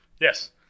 Yes